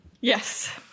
Yes